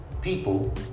people